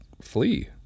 flee